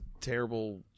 terrible